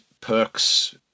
perks